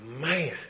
man